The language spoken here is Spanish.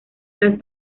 las